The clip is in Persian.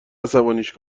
عصبانیش